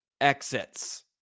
exits